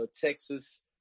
texas